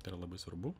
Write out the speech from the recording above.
tai yra labai svarbu